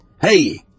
Hey